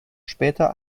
später